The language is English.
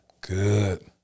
good